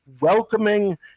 welcoming